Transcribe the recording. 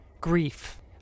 grief